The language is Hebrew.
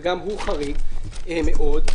וגם הוא חריג מאוד.